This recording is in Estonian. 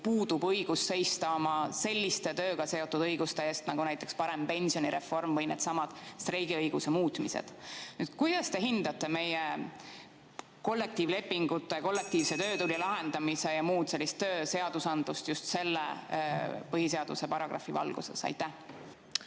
puudub õigus seista oma selliste tööga seotud õiguste eest nagu parem pensionireform või needsamad streigiõiguse muutmised. Kuidas te hindate meie kollektiivlepinguid, kollektiivse töötüli lahendamisi jms tööõigust just selle põhiseaduse paragrahvi valguses? Suur